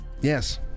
yes